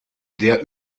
der